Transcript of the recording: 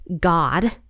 God